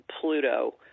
Pluto